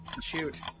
Shoot